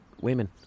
women